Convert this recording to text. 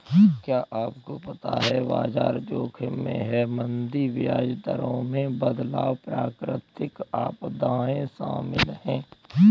क्या आपको पता है बाजार जोखिम में मंदी, ब्याज दरों में बदलाव, प्राकृतिक आपदाएं शामिल हैं?